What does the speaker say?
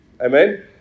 Amen